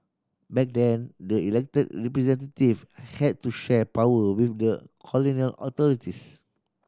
back then the elected representative had to share power with the colonial authorities